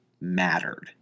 mattered